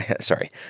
Sorry